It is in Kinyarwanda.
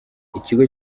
ikigo